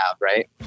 right